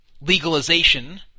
Legalization